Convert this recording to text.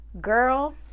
Girl